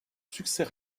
succès